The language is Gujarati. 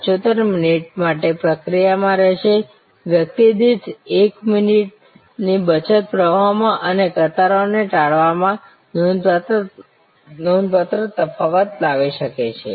75 મિનિટ માટે પ્રક્રિયામાં રહેશે વ્યક્તિ દીઠ 1 મિનિટની બચત પ્રવાહમાં અને કતારોને ટાળવામાં નોંધપાત્ર તફાવત લાવી શકે છે